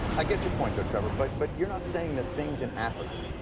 i get your point there, trevor. but but you're not saying that things in africa